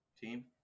team